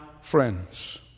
friends